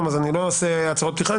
אז אני לא אעשה הצהרות פתיחה.